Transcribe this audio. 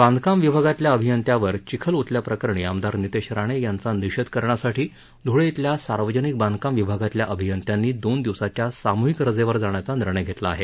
बांधकाम विभागातल्या अभियंत्यावर चिखल ओतल्या प्रकरणी आमदार नितेश राणे यांचा निषेध करण्यासाठी ध्रळे शिल्या सार्वजनिक बांधकाम विभागातल्या अभियंत्यांनी दोन दिवसाच्या सामूहिक रजेवर जाण्याचा निर्णय घेतला आहे